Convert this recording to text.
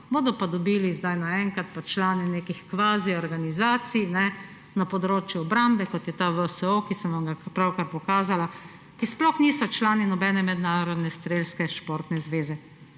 športa, dobili sedaj naenkrat člani nekih kvazi organizacij na področju obrambe, kot je ta VSO, ki sem vam ga pravkar pokazala, ki sploh niso člani nobene mednarodne strelske športne zveze.